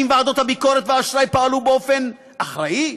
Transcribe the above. האם ועדות הביקורת והאשראי פעלו באופן אחראי?